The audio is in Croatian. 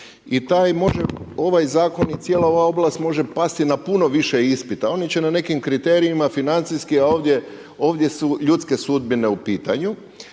ovaj zakon i cijela ova oblast pasti na puno više ispita. Oni će na nekim kriterijima, financijski, a ovdje su ljudske sudbine u pitanju.